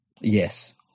Yes